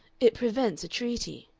it prevents a treaty.